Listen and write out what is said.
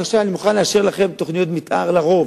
בבקשה, אני מוכן לאשר לכם תוכניות מיתאר לרוב.